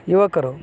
ಯುವಕರು